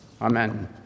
Amen